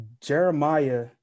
Jeremiah